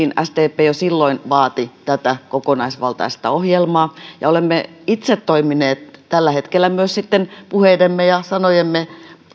sdp jo silloin vaati tätä kokonaisvaltaista ohjelmaa ja olemme itse toimineet tällä hetkellä sitten puheidemme ja sanojemme